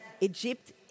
Egypt